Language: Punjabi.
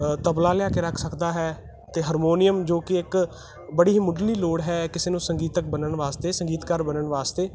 ਤਬਲਾ ਲਿਆ ਕੇ ਰੱਖ ਸਕਦਾ ਹੈ ਅਤੇ ਹਰਮੋਨੀਅਮ ਜੋ ਕਿ ਇੱਕ ਬੜੀ ਹੀ ਮੁੱਢਲੀ ਲੋੜ ਹੈ ਕਿਸੇ ਨੂੰ ਸੰਗੀਤਕ ਬਣਨ ਵਾਸਤੇ ਸੰਗੀਤਕਾਰ ਬਣਨ ਵਾਸਤੇ